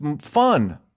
fun